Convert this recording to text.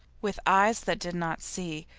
with eyes that did not see,